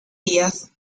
díaz